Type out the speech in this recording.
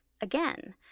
again